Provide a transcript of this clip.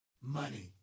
Money